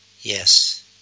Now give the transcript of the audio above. Yes